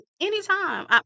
anytime